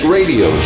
Radio